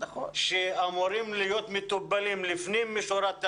שאמורים להיות מטופלים לפנים משורת הדין,